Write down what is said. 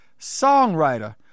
songwriter